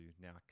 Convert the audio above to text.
now